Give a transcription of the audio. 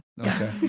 Okay